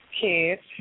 kids